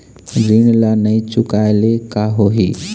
ऋण ला नई चुकाए ले का होही?